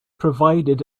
provided